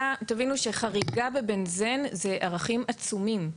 תבינו שחריגה בבנזן זה ערכים עצומים.